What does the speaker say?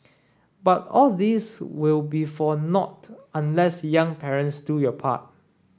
but all this will be for nought unless young parents do your part